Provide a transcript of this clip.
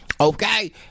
Okay